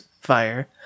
fire